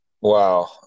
Wow